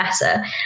better